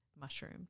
mushroom